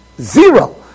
Zero